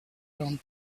round